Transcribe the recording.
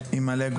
כן.